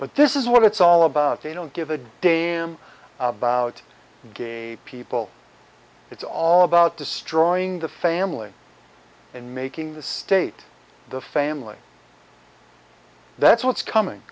but this is what it's all about they don't give a damn about gay people it's all about destroying the family and making the state the family that's what's coming